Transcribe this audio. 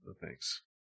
thanks